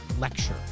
lecture